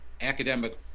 academic